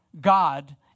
God